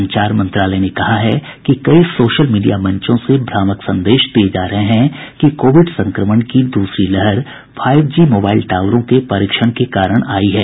संचार मंत्रालय ने कहा कि कई सोशल मीडिया मंचो से भ्रामक संदेश दिये जा रहे हैं कि कोविड संक्रमण की दूसरी लहर फाइव जी मोबाइल टावरों के परीक्षण के कारण आई है